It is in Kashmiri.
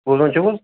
بوزان چھِو حظ